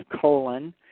colon